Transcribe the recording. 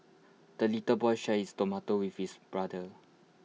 the little boy shared his tomato with his brother